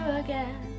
again